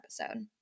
episode